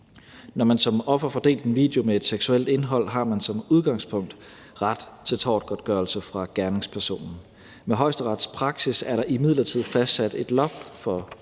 Når man som offer får delt en video med et seksuelt indhold, har man som udgangspunkt ret til tortgodtgørelse fra gerningspersonen. Med Højesterets praksis er der imidlertid fastsat et loft for